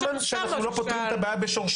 כל זמן שאנחנו לא פותרים את הבעיה בשורשה,